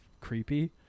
creepy